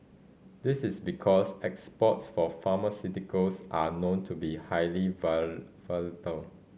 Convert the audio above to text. this is because exports for pharmaceuticals are known to be highly volatile